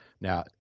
Now